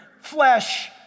flesh